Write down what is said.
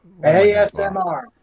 ASMR